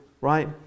right